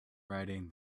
riding